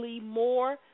more